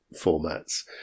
formats